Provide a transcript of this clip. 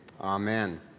Amen